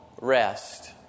rest